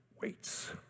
waits